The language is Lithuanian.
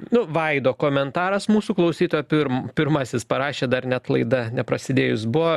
nu vaido komentaras mūsų klausytoja pirm pirmasis parašė dar net laida neprasidėjus buvo